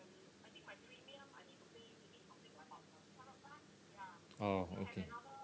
oh okay